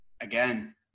again